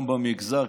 גם במגזר,